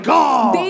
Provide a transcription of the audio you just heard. God